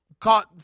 caught